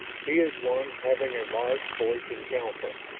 he is one having a large voice in council,